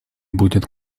будет